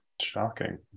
shocking